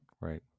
right